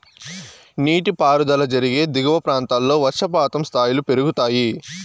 నీటిపారుదల జరిగే దిగువ ప్రాంతాల్లో వర్షపాతం స్థాయిలు పెరుగుతాయి